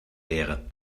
wäre